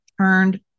turned